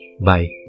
bye